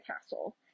castle